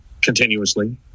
continuously